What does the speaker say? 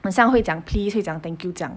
很像会讲 please 会讲 thank you 这样